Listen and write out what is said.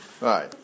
Right